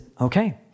okay